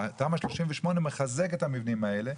ותמ"א 38 מחזקת את המבנים האלה.